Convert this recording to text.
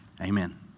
Amen